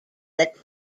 that